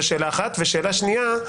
שאלה שנייה,